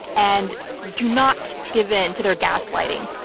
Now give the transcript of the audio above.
and do not give in to their gaslighting.